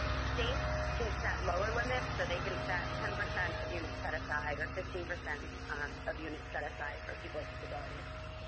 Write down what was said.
states can set lower limits. so they can set ten percent of units set aside, or fifteen percent of units set aside for people with disabilities.